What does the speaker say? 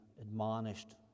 admonished